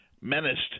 menaced